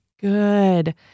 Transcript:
good